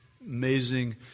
amazing